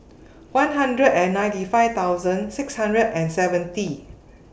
one hundred and ninety five thousand six hundred and seventy